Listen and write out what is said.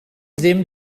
ddim